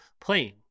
playing